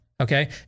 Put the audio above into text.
Okay